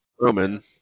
Roman